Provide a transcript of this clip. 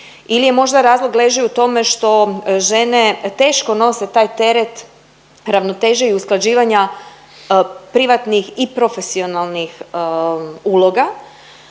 ili je možda razlog leži u tome što žene teško nose taj teret ravnoteže i usklađivanja privatnih i profesionalnih uloga